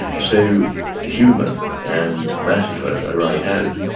so humour and metaphor are right out,